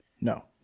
No